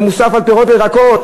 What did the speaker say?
מס ערך מוסף על פירות וירקות,